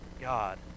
God